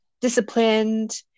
disciplined